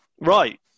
Right